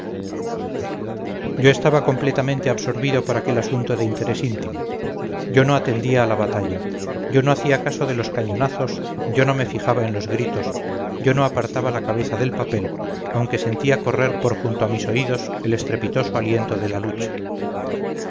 yo estaba completamente absorbido por aquel asunto de interés íntimo yo no atendía a la batalla yo no hacía caso de los cañonazos yo no me fijaba en los gritos yo no apartaba la cabeza del papel aunque sentía correr por junto a mis oídos el estrepitoso aliento de la lucha